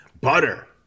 Butter